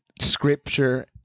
scripture